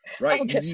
Right